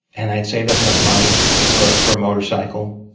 and i had saved up enough money for for a motorcycle,